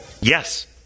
yes